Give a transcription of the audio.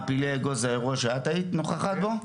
מעפילי אגוז זה האירוע שאת היית נוכחת בו,